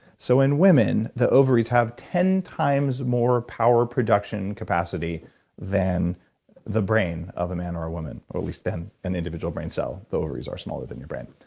so in women, the ovaries have ten times more power production capacity than the brain of a man or a woman, or at least in an individual brain cell. the ovaries are smaller than your brain.